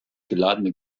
geladene